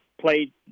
played